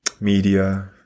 media